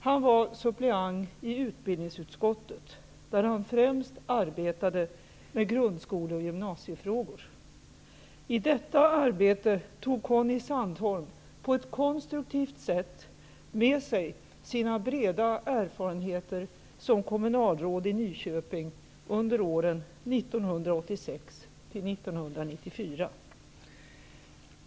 Han var suppleant i utbildningsutskottet, där han främst arbetade med grundskole och gymnasiefrågor. I detta arbete tog Conny Sandholm på ett konstruktivt sätt med sig sina breda erfarenheter som kommunalråd i Nyköping under åren 1986 till 1994.